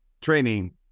training